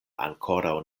ankoraŭ